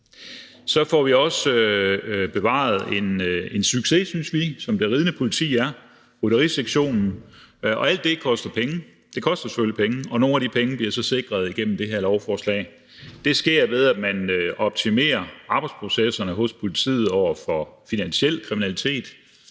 Så får vi også bevaret en succes, som vi synes det ridende politi er, nemlig rytterisektionen. Alt det koster penge. Det koster selvfølgelig penge, og nogle af de penge bliver så sikret igennem det her lovforslag. Det sker, ved at man optimerer arbejdsprocesserne hos politiet i forhold til finansiel kriminalitet,